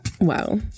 Wow